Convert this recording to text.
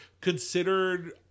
considered